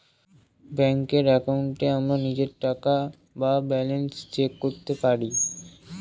ব্যাঙ্কের একাউন্টে আমরা নিজের টাকা বা ব্যালান্স চেক করতে পারি